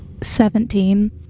Seventeen